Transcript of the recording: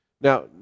Now